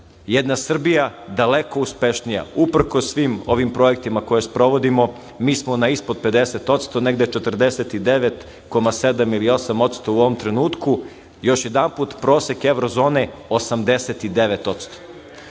jedna Srbija daleko uspešnija uprkos svim projektima koje sprovodimo mi smo na ispod 50% negde 49,7% ili osam posto u ovom trenutku. Još jedanput, prosek evrozone 89%.Ono